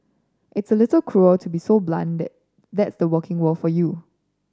it's a little cruel to be so blunt that that's the working world for you